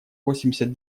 восемьдесят